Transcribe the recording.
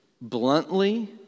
bluntly